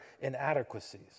inadequacies